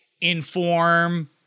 inform